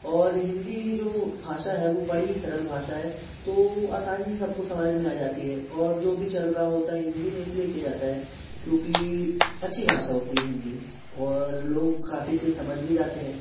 और हिंदी ही जो भाषा है वो बड़ी सरल भाषा है तो आसानी से सब को समझ में आ जाती है और जो भी चल रहा होता है हिंदी में इसलिए किया जाता है क्योंकि अच्छी भाषा होती है हिंदी और लोग काफ़ी चीज़ समझ भी जाते हैं